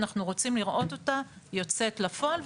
אנחנו רוצים לראות אותה יוצאת לפועל,